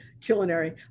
culinary